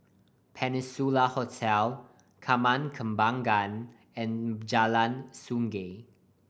Peninsula Hotel Taman Kembangan and Jalan Sungei